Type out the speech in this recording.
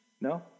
No